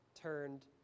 turned